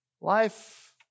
Life